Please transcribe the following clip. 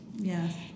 Yes